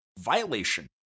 violation